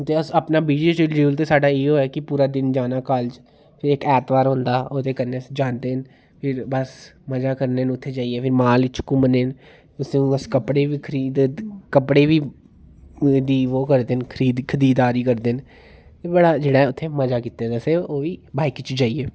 ते अस busy schedule ते साढ़ा इयो ऐ कि पूरा दिन जाना कालेज इक ऐतवार होंदा ओह्दे कन्नै अस जंदे न फिर बस मजा करने न उत्थै जाइयै फिर माल इच घुम्मने न उत्थूं अस कपड़े बी खरीद कपड़े बी दी ओह् करदे न खरीद खरीददारी करदे न बड़ा जेहड़ा उत्थै मजा कीते दा असें ओह् बी बाइक च जाइयै